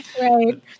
Right